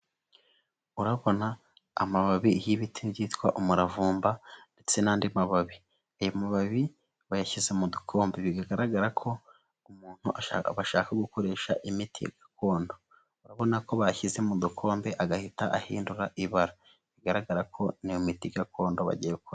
Urabona amababi y'ibiti byitwa umuravumba ndetse n'andi mababi, aya mababi bayashyize mu dukombe, bigaragara ko umuntu ashaka gukoresha imiti gakondo, urababona ko bashyize mu dukombe agahita ahindura ibara, bigaragara ko ni miti gakondo bagiye gukora.